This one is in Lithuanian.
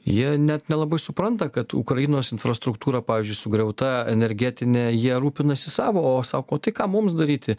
jie net nelabai supranta kad ukrainos infrastruktūra pavyzdžiui sugriauta energetinė jie rūpinasi savo o sako o tai ką mums daryti